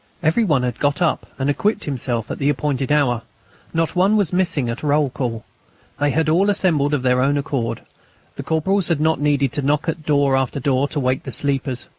every one had got up and equipped himself at the appointed hour not one was missing at roll-call they had all assembled of their own accord the corporals had not needed to knock at door after door to wake the sleepers.